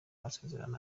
masezerano